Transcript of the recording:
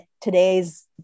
today's